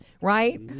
right